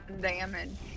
damage